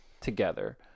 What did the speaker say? Together